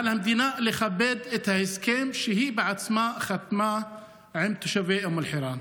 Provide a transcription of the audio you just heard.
על המדינה לכבד את ההסכם שהיא עצמה חתמה עליו עם תושבי אום אל-חיראן.